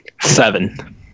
Seven